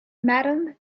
madam